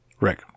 Rick